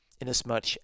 inasmuch